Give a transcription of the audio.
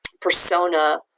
persona